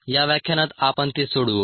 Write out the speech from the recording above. या व्याख्यानात आपण ती सोडवू